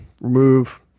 remove